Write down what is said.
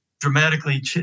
dramatically